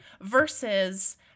versus